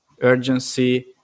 urgency